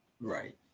Right